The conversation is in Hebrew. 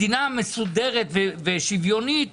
מדינה מסודרת ושוויונית